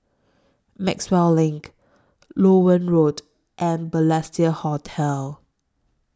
Maxwell LINK Loewen Road and Balestier Hotel